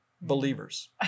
believers